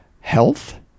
health